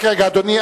רק רגע, אדוני.